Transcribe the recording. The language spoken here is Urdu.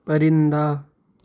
پرندہ